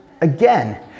again